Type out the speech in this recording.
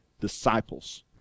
disciples